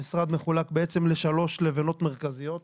המשרד מחולק בעצם לשלוש לבנות מרכזיות.